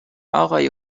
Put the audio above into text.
آقای